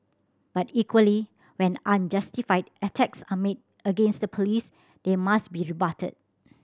but equally when unjustified attacks are made against the Police they must be rebutted